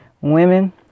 women